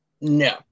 No